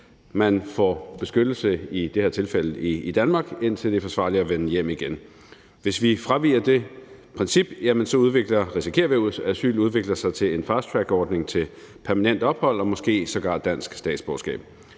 det her tilfælde i Danmark, indtil det er forsvarligt at vende hjem igen. Hvis vi fraviger det princip, risikerer vi, at asyl udvikler sig til en fasttrackordning til permanent ophold og måske sågar dansk statsborgerskab.